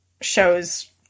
shows